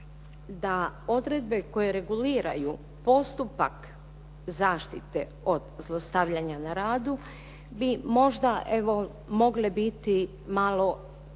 da odredbe koje reguliraju postupak zaštite od zlostavljanja na radu bi možda, evo mogle biti malo